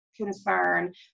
concern